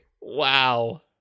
Wow